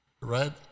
right